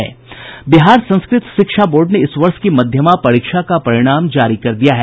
बिहार संस्कृत शिक्षा बोर्ड ने इस वर्ष की मध्यमा परीक्षा का परिणाम जारी कर दिया है